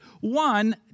One